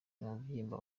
umubyimba